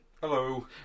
Hello